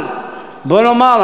אבל בואו נאמר,